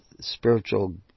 spiritual